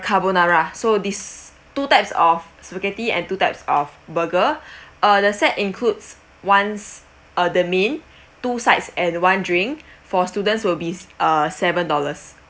carbonara so these two types of spaghetti and two types of burger or the set includes ones are the main two sides and one drink for students will be uh seven dollars